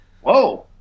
whoa